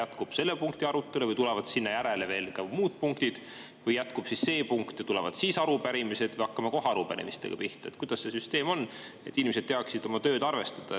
jätkub selle punkti arutelu või tulevad sinna järele veel muud punktid? Või jätkub see punkt ja tulevad siis arupärimised? Või hakkame kohe arupärimistega pihta? Kuidas see süsteem on? [Küsin], et inimesed teaksid sellega oma töös arvestada.